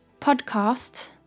PODCAST